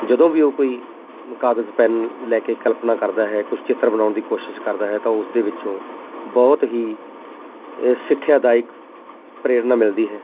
ਜਦੋਂ ਵੀ ਉਹ ਕੋਈ ਕਾਗਜ਼ ਪੈੱਨ ਲੈ ਕੇ ਕਲਪਨਾ ਕਰਦਾ ਹੈ ਕੁਝ ਚਿੱਤਰ ਬਣਾਉਣ ਦੀ ਕੋਸ਼ਿਸ਼ ਕਰਦਾ ਹੈ ਤਾਂ ਉਸ ਦੇ ਵਿੱਚੋਂ ਬਹੁਤ ਹੀ ਸਿੱਖਿਆਦਾਇਕ ਪ੍ਰੇਰਨਾ ਮਿਲਦੀ ਹੈ